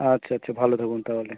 আচ্ছা আচ্ছা ভালো থাকুন তাহলে